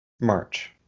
march